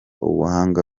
ubuhanga